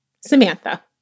Samantha